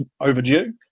overdue